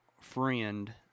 friend